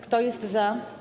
Kto jest za?